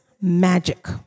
magic